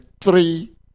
three